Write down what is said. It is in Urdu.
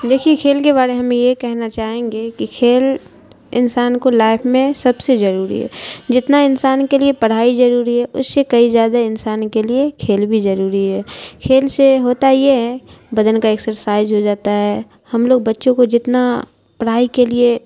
دیکھیے کھیل کے بارے ہم یہ کہنا چاہیں گے کہ کھیل انسان کو لائف میں سب سے ضروری ہے جتنا انسان کے لیے پڑھائی ضروری ہے اش شے کئی زیادہ انسان کے لیے کھیل بھی ضروری ہے کھیل سے ہوتا یہ ہے بدن کا ایکسرسائز ہو جاتا ہے ہم لوگ بچوں کو جتنا پڑھائی کے لیے